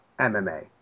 MMA